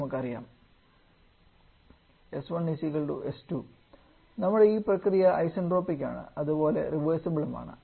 നമുക്കറിയാം s1 s2 നമ്മുടെ ഈ പ്രക്രിയ ഐസ്എൻട്രോപിക് ആണ് അതു പോലെ റിവേഴ്സ്സിബിളും ആണ്